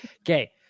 Okay